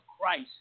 Christ